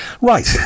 Right